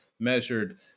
measured